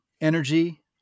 energy